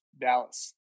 Dallas